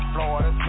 Florida